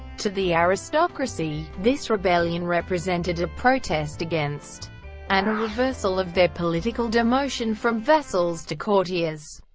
to the aristocracy, this rebellion represented a protest against and reversal of their political demotion from vassals to courtiers.